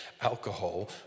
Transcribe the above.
alcohol